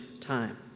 time